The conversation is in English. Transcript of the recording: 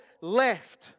left